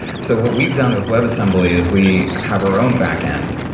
so what we've done with webassembly is we have our own backend,